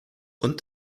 und